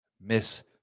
miss